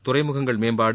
துறைமுகங்கள் மேம்பாடு